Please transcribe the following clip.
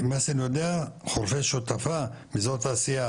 מה שאני יודע חורפיש שותפה באזור תעשייה